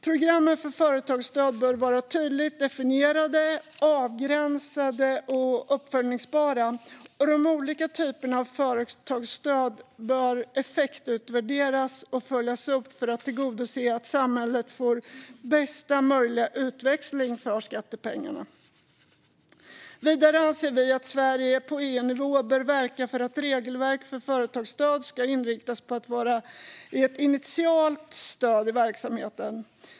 Programmen för företagsstöd bör vara tydligt definierade, avgränsade och uppföljbara, och de olika typerna av företagsstöd bör effektutvärderas och följas upp för att tillgodose att samhället får bästa möjliga utväxling för skattepengarna. Vidare anser vi att Sverige på EU-nivå bör verka för att regelverk för företagsstöd ska inriktas på att vara ett initialt stöd i verksamheter.